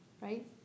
Right